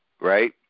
right